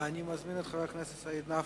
אני מזמין את חבר הכנסת סעיד נפאע,